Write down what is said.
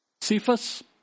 Cephas